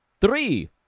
three